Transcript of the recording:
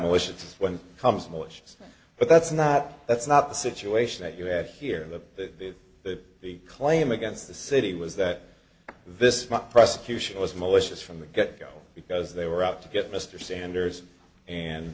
malicious but that's not that's not the situation that you have here that the the claim against the city was that this prosecution was malicious from the get go because they were out to get mr sanders and